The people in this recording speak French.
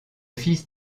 fils